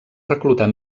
reclutar